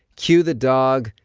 cue the dog,